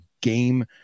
game